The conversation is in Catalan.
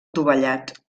dovellat